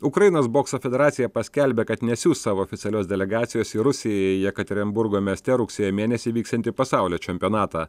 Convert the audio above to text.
ukrainos bokso federacija paskelbė kad nesiųs savo oficialios delegacijos į rusiją į jekaterinburgo mieste rugsėjo mėnesį vyksiantį pasaulio čempionatą